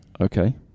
Okay